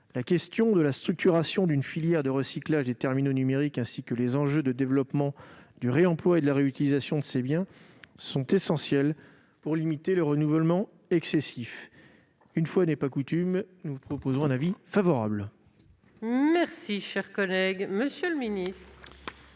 numériques. La structuration d'une filière de recyclage et de terminaux numériques et les enjeux de développement du réemploi et de la réutilisation de ces biens sont essentiels pour limiter le renouvellement excessif. Une fois n'est pas coutume, nous émettons un avis favorable sur cet amendement.